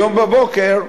היום בבוקר.